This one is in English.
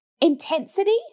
intensity